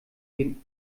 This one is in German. den